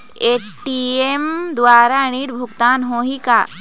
ATM द्वारा ऋण भुगतान होही का?